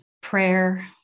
prayer